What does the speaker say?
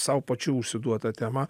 sau pačių užsiduotą temą